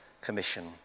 commission